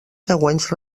següents